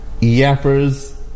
yappers